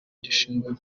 gishinzwe